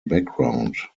background